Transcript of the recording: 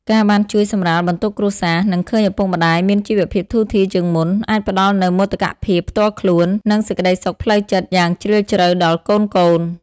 ការបានជួយសម្រាលបន្ទុកគ្រួសារ និងឃើញឪពុកម្ដាយមានជីវភាពធូរធារជាងមុន អាចផ្ដល់នូវមោទកភាពផ្ទាល់ខ្លួន និងសេចក្ដីសុខផ្លូវចិត្តយ៉ាងជ្រាលជ្រៅដល់កូនៗ។